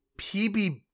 PB